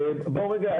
בואו רגע,